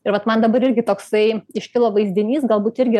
ir vat man dabar irgi toksai iškilo vaizdinys galbūt irgi